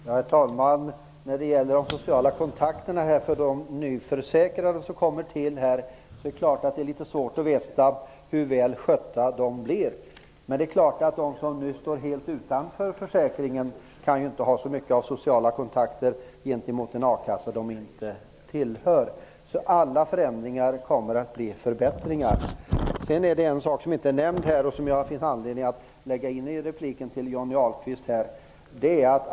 Herr talman! Det var frågan om de sociala kontakterna för de nyförsäkrade. Det är litet svårt att veta hur väl skötta de kontakterna blir. Det är klart att de som står helt utanför försäkringen inte kan ha så mycket sociala kontakter gentemot en akassa de inte tillhör. Alla förändringar kommer att bli förbättringar. Det finns en sak som inte har nämnts här och som jag finner anledning att ta med i min replik till Johnny Ahlqvist.